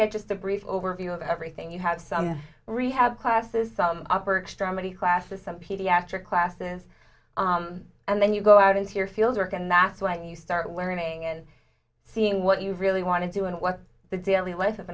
get just a brief overview of everything you have some rehab classes some upper strata many classes some pediatric classes and then you go out into your field work and that's when you start learning and seeing what you really want to do and what the daily l